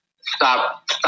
stop